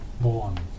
born